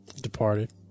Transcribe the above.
Departed